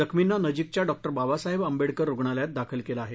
जखमीना नजीकच्या डॉ बाबासाहेब आंबेडकर रुग्णालयात दाखल केल आहे